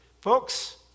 Folks